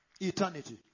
Eternity